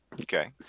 Okay